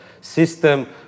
system